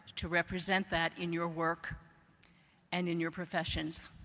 to represent that in your work and in your professions.